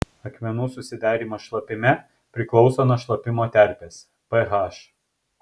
akmenų susidarymas šlapime priklauso nuo šlapimo terpės ph